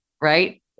Right